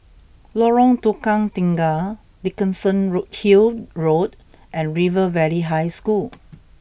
Lorong Tukang Tiga Dickenson road Hill Road and River Valley High School